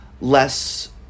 less